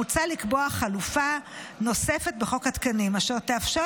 מוצע לקבוע חלופה נוספת בחוק התקנים, אשר תאפשר